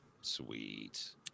Sweet